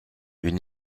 une